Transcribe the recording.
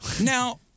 Now